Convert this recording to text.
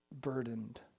burdened